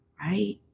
right